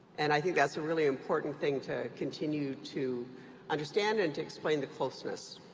and i think that's a really important thing to continue to understand and to explain the closeness.